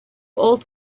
old